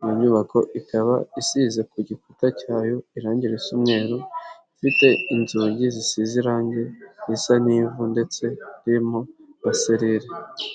Iyo nyubako ikaba isize ku gikuta cyayo irangi risa umweru, ifite inzugi zisize irangi risa n'ivu ndetse ririmo na serire.